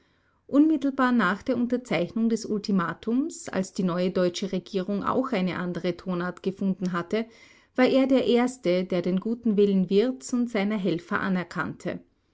unmittelbar nach der unterzeichnung des ultimatums als die neue deutsche regierung auch eine andere tonart gefunden hatte war er der erste der den guten willen wirths und seiner helfer anerkannte